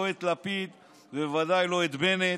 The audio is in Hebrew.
לא את לפיד ובוודאי לא את בנט.